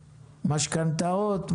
המשכנתאות,